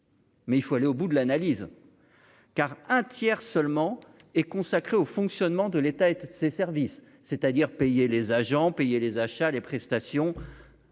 Mais il faut aller au bout de l'analyse car un tiers seulement et consacrée au fonctionnement de l'État et ses services, c'est-à-dire payer les agents payer les achats, les prestations